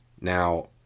Now